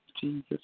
Jesus